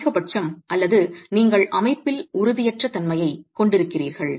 அதிகபட்சம் அல்லது நீங்கள் அமைப்பில் உறுதியற்ற தன்மையைக் கொண்டிருக்கிறீர்கள்